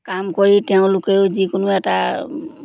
কাম কৰি তেওঁলোকেও যিকোনো এটা